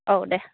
औ दे